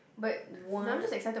what